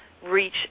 reach